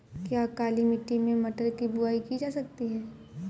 क्या काली मिट्टी में मटर की बुआई की जा सकती है?